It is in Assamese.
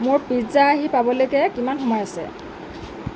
মোৰ পিজ্জা আহি পাবলৈকৈ কিমান সময় আছে